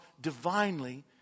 divinely